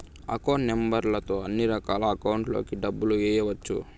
account number తో అన్నిరకాల అకౌంట్లలోకి డబ్బులు ఎయ్యవచ్చు